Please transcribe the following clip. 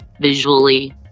visually